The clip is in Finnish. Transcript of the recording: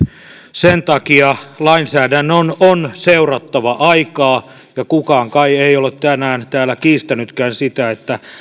sen takia lainsäädännön on on seurattava aikaa eikä kukaan kai ole tänään täällä kiistänytkään sitä että